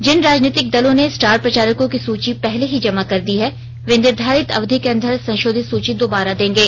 जिन राजनीतिक दलों ने स्टार प्रचारकों की सूची पहले ही जमा कर दी है वे निर्धारित अवधि के अंदर संशोधित सूची दोबारा देंगे